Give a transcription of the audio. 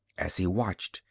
as he watched,